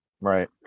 Right